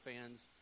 fans